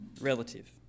relative